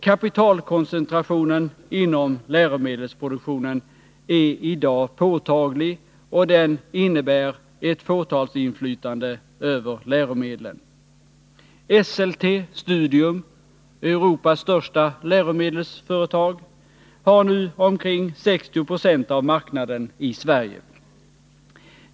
Kapitalkoncentrationen inom läromedelsproduktionen är i dag påtaglig, och den innebär ett fåtalsinflytande över läromedlen. Esselte Studium — Europas största läromedelsföretag — har nu omkring 60 26 av marknaden i Sverige.